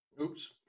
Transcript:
Oops